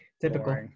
Typical